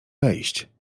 wejść